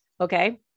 okay